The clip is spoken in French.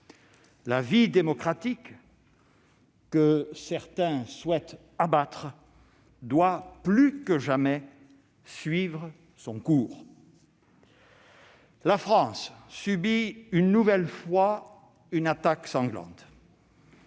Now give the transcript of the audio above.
La vie démocratique, que certains souhaitent abattre, doit plus que jamais suivre son cours. La France subit une nouvelle fois une attaque sanglante.